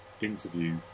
interview